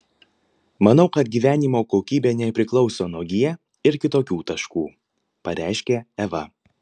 manau kad gyvenimo kokybė nepriklauso nuo g ir kitokių taškų pareiškė eva